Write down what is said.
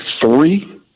three